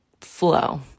flow